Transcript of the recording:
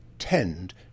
Tend